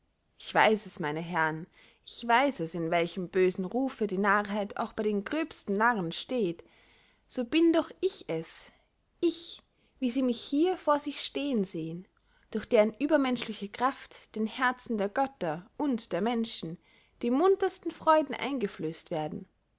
meine herren ich weiß es in welchem bösen rufe die narrheit auch bey den gröbsten narren steht so bin doch ich es ich wie sie mich hier vor sich stehen sehen durch deren übermenschliche kraft den herzen der götter und der menschen die muntersten freuden eingeflößt werden